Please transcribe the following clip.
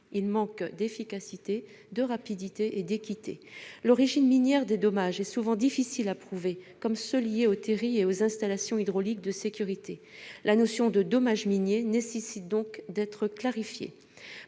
il manque d'efficacité, de rapidité et d'équité. L'origine minière des dommages est souvent difficile à prouver, notamment lorsqu'ils sont liés aux terrils ou aux installations hydrauliques de sécurité. La notion de dommage minier doit donc être clarifiée.